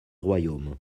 royaume